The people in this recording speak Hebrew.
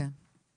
נכון.